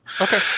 Okay